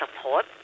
support